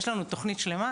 יש לנו תוכנית שלמה,